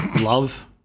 love